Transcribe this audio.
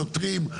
שוטרים,